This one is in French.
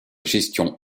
gestion